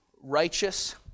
righteous